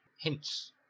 hints